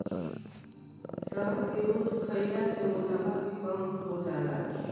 शहद के रोज खइला से मोटापा भी कम हो जाला